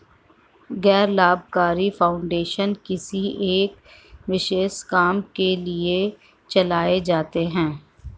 गैर लाभकारी फाउंडेशन किसी एक विशेष काम के लिए चलाए जाते हैं